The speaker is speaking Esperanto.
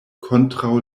kontraŭ